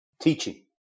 Teaching